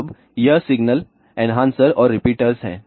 अब यह signal enhancers और रिपीटर्स है